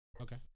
Okay